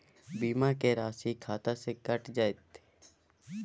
बीमा के राशि खाता से कैट जेतै?